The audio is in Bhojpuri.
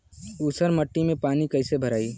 ऊसर मिट्टी में पानी कईसे भराई?